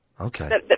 Okay